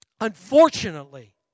Unfortunately